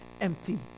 empty